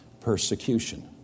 persecution